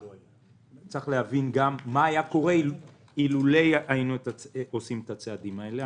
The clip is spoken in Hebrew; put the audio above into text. צריך להבין מה היה קורה אילולא היינו עושים את הצעדים האלה.